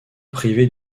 privée